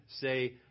say